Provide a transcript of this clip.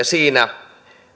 siinä